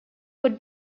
would